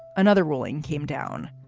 another ruling came down.